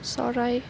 চৰাই